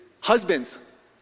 husbands